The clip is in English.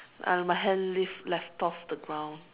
and my hand lift left off the ground